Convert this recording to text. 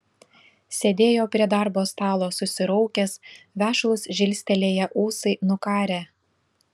sėdėjo prie darbo stalo susiraukęs vešlūs žilstelėję ūsai nukarę